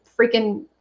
freaking